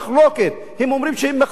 הם אומרים שהם מחזיקים דורי-דורות,